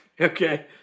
Okay